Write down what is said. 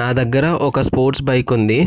నా దగ్గర ఒక స్పోర్ట్స్ బైక్ ఉంది